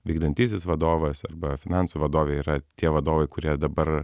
vykdantysis vadovas arba finansų vadovė yra tie vadovai kurie dabar